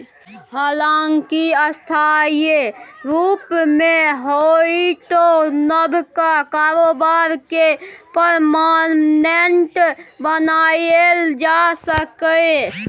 हालांकि अस्थायी रुप मे होइतो नबका कारोबार केँ परमानेंट बनाएल जा सकैए